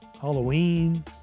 Halloween